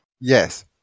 Yes